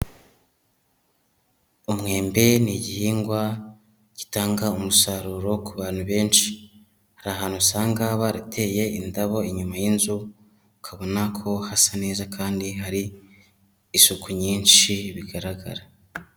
Umwembe ni igihingwa gitanga umusaruro ku bantu benshi, hari ahantu usanga barateye indabo inyuma y'inzu, ukabona ko hasa neza kandi hari isuku nyinshi bigaragara.